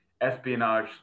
espionage